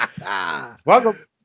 Welcome